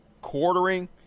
quartering